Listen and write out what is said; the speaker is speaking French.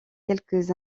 quelques